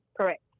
Correct